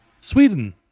Sweden